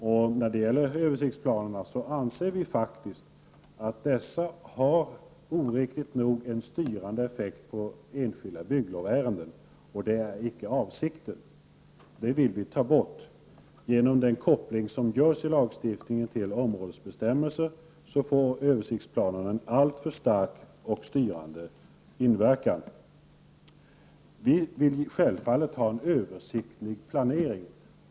I fråga om översiktsplanerna anser vi faktiskt att dessa oriktigt nog har en styrande effekt på enskilda bygglovsärenden, och det kan inte vara avsikten. Det vill vi få bort. Genom den koppling som görs i lagstiftningen till områdesbestämmelser får översiktsplanerna en alltför stark och styrande inverkan. Vi vill självfallet ha en översiktlig planering.